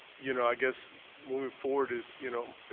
you know, i guess moving forward, is you know,